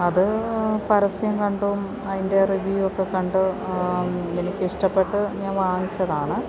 അത് പരസ്യം കണ്ടും അതിൻ്റെ റിവ്യൂ ഒക്കെ കണ്ട് എനിക്ക് ഇഷ്ടപ്പെട്ട് ഞാൻ വാങ്ങിച്ചതാണ്